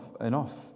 enough